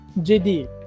JD